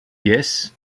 yes